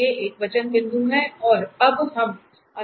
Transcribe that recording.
ये एकवचन बिंदु हैं और हम अब आसानी से देख सकते हैं